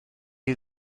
chi